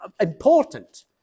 important